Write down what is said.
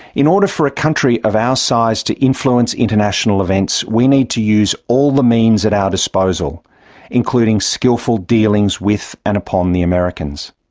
in order for a country of our size to influence international events, we need to use all the means at our disposal including skillful dealings with and upon the americans.